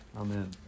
Amen